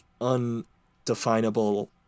undefinable